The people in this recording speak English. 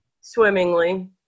swimmingly